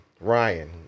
Ryan